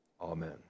Amen